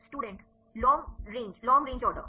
student long range long range order